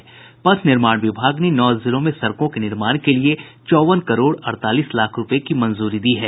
पथ निर्माण विभाग ने नौ जिलों में सड़कों के निर्माण के लिए चौवन करोड़ अड़तालीस लाख रूपये की मंजूरी दी है